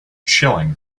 chilling